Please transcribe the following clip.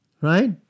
Right